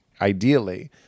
ideally